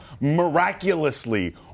miraculously